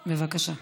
בבקשה.